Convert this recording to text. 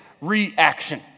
reaction